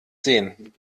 sehen